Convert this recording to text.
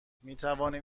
میتوانیم